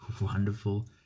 wonderful